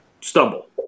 stumble